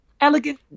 Elegant